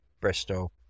Bristol